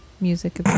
music